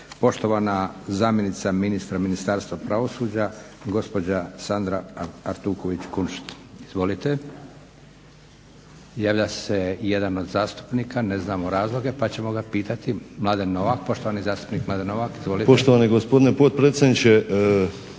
Poštovana zamjenica ministra Ministarstva pravosuđa gospođa Sandra Artuković Kunšt. Izvolite. Javlja se i jedan od zastupnika, ne znamo razloge pa ćemo ga pitati. Poštovani zastupnik Mladen Novak, izvolite. **Novak, Mladen (Hrvatski